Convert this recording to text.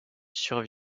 sur